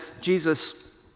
Jesus